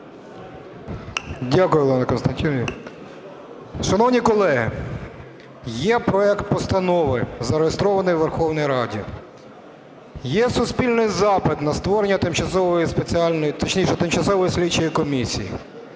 Дякую, Олена Костянтинівна. Шановні колеги, є проект постанови зареєстрований у Верховній Раді. Є суспільний запит на створення тимчасової спеціальної,